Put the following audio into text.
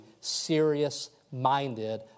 serious-minded